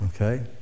okay